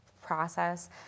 process